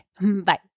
Bye